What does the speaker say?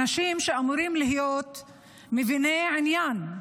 אנשים שאמורים להיות מביני עניין,